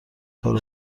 کارو